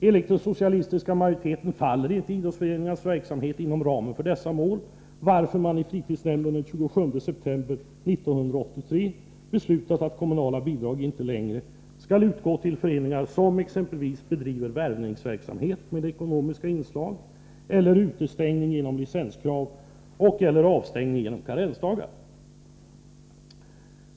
Enligt den socialistiska majoriteten faller inte idrottsföreningarnas verksamhet inom ramen för dessa mål, varför man i fritidsnämnden den 27 september 1983 beslutat att kommunala bidrag inte längre skall utgå till föreningar som exempelvis bedriver värvningsverksamhet med ekonomiska inslag eller tillämpar utestängning genom licenskrav och/eller avstängning genom karensdagar.